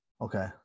okay